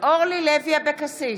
אורלי לוי אבקסיס,